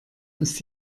ist